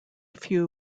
few